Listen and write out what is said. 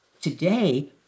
today